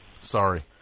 Sorry